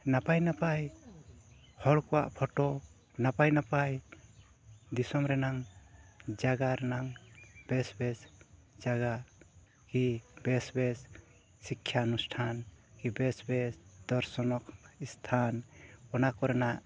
ᱱᱟᱯᱟᱭ ᱱᱟᱯᱟᱭ ᱦᱚᱲ ᱠᱚᱣᱟᱜ ᱱᱟᱯᱟᱭ ᱱᱟᱯᱟᱭ ᱫᱤᱥᱚᱢ ᱨᱮᱱᱟᱜ ᱡᱟᱭᱜᱟ ᱨᱮᱱᱟᱜ ᱵᱮᱥᱼᱵᱮᱥ ᱡᱟᱭᱜᱟ ᱠᱤ ᱵᱮᱥᱼᱵᱮᱥ ᱥᱤᱠᱠᱷᱟ ᱚᱱᱩᱥᱴᱷᱟᱱ ᱠᱤ ᱵᱮᱥᱼᱵᱮᱥ ᱫᱚᱨᱥᱚᱱᱚᱜ ᱥᱛᱷᱟᱱ ᱚᱱᱟ ᱠᱚᱨᱮᱱᱟᱜ